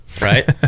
right